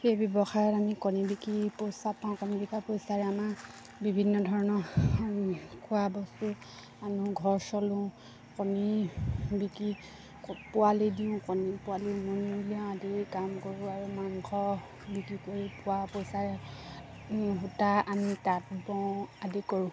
সেই ব্যৱসায়ত আমি কণী বিকি পইচা পাওঁ কণী বিকা পইচাৰে আমাৰ বিভিন্ন ধৰণৰ খোৱা বস্তু আনো ঘৰ চলোঁ কণী বিকি পোৱালি দিওঁ কণী পোৱালি উমনি উলিয়াওঁ আদি কাম কৰোঁ আৰু মাংস বিক্ৰী কৰি পোৱা পইচাৰে সূতা আনি তাঁত বওঁ আদি কৰোঁ